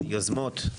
יוזמות.